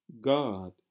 God